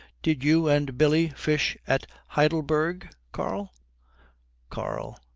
did you and billy fish at heidelberg, karl karl.